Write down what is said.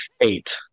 eight